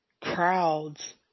crowds